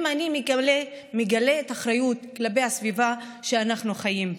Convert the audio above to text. אני מגלה אחריות כלפי הסביבה שאנחנו חיים בה.